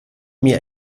mir